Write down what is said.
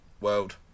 world